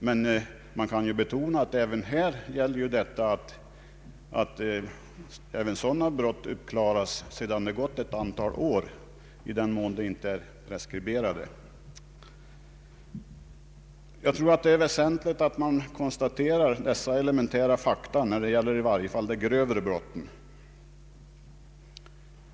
Men även härvidlag gäller att också sådana brott kan klaras upp efter ett antal år, i den mån de inte är preskriberade. Jag anser det vara väsentligt att konstatera dessa elementära fakta, i varje fall när det gäller de grövre brotten.